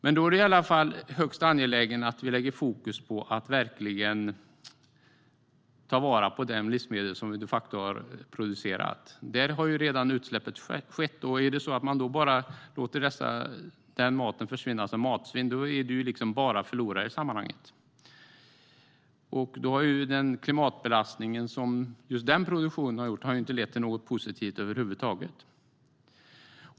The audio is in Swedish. Men då är det i alla fall högst angeläget att vi lägger fokus på att verkligen ta vara på de livsmedel som vi de facto har producerat. Där har ju redan utsläppet skett. Låter man det bli matsvinn är det liksom bara förlorare i sammanhanget. Då har den klimatbelastning som just den produktionen har medfört inte lett till något positivt över huvud taget.